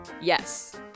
yes